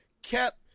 kept